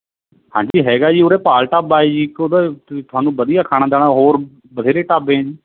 ਹਾਂਜੀ ਹੈਗਾ ਜੀ ਉਰੇ ਪਾਲ ਢਾਬਾ ਹੈ ਜੀ ਇੱਕ ਉਹਦਾ ਤ ਤੁਹਾਨੂੰ ਵਧੀਆ ਖਾਣਾ ਦਾਣਾ ਹੋਰ ਬਥੇਰੇ ਢਾਬੇ ਨੇ